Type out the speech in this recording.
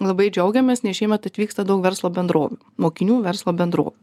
labai džiaugiamės nes šiemet atvyksta daug verslo bendrovių mokinių verslo bendrovių